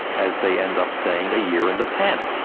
as they end up saying, a year in the pen.